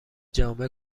جامع